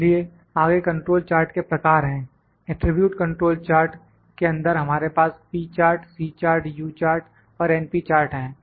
इसलिए आगे control chart के प्रकार हैं एट्रिब्यूट कंट्रोल चार्ट के अंदर हमारे पास p chart C chart U chart और np चार्ट हैं